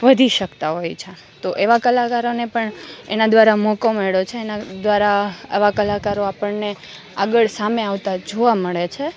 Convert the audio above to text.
વધી શકતા હોય છે તો એવા કલાકારોને પણ એના દ્વારા મોકો મળ્યો છે એના દ્વારા આવા કલાકારો આપણને આગળ સામે આવતાં જોવા મળે છે